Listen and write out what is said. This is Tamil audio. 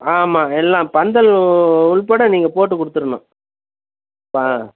ஆமாம் எல்லாம் பந்தல் உள்பட நீங்கள் போட்டுக் கொடுத்துர்ணும் ஆ